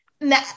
Now